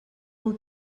will